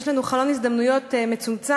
יש לנו חלון הזדמנויות מצומצם,